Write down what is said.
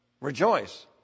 rejoice